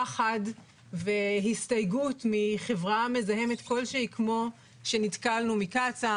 פחד והסתייגות מחברה מזהמת כלשהי כמו שנתקלנו מקצא"א.